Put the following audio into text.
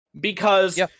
because-